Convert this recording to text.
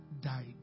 died